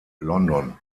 london